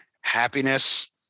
happiness